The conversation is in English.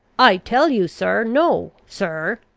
i tell you, sir, no. sir,